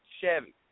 Chevy